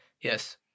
Yes